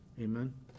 Amen